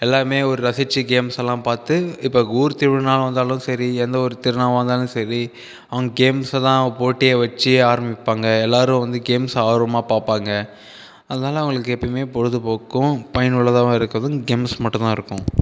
எல்லோருமே ஒரு ரசித்து கேம்ஸ் எல்லாம் பார்த்து இப்போ ஊர் திருவிழா வந்தாலும் சரி எந்த ஊர் திருநாள் வந்தாலும் சரி அவங்க கேம்ஸதான் போட்டியாக வச்சு ஆரம்பிப்பாங்கள் எல்லோரும் வந்து கேம்ஸை ஆர்வமாக பார்ப்பாங்க அதனால் அவர்களுக்கு எப்போயுமே பொழுதுபோக்கும் பயனுள்ளதாகவும் இருக்குது இந்த கேம்ஸ் மட்டும்தான் இருக்கும்